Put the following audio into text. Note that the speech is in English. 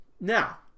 Now